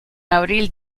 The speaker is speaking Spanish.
abril